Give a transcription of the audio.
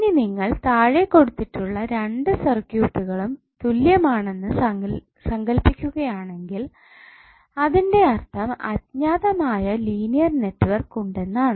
ഇനി നിങ്ങൾ താഴെ കൊടുത്തിട്ടുള്ള രണ്ട് സർക്യൂട്ടും തുല്യമാണെന്ന് സങ്കൽപ്പിക്കുകയാണെങ്കിൽ അതിന്റെ അർത്ഥം അജ്ഞാതമായ ലീനിയർ നെറ്റ്വർക്ക് ഉണ്ടെന്നാണ്